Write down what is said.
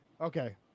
Okay